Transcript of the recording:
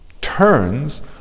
turns